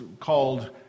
called